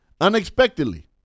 unexpectedly